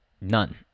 none